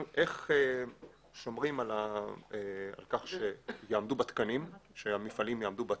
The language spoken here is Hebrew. איך שומרים על כך שהמפעלים יעמדו בתקנים?